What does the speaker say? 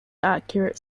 accurate